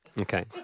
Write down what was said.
Okay